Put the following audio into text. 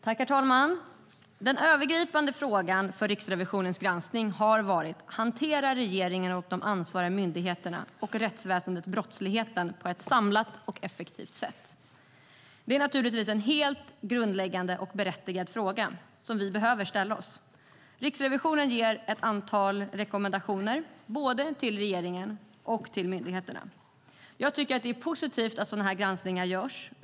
Herr talman! Den övergripande frågan för Riksrevisionens granskning har varit: "Hanterar regeringen, de ansvariga myndigheterna och rättsväsendet brottsligheten på ett samlat och effektivt sätt?" Det är naturligtvis en helt grundläggande och berättigad fråga som vi behöver ställa. Riksrevisionen ger ett antal rekommendationer både till regeringen och till myndigheterna. Jag tycker att det är positivt att dessa granskningar görs.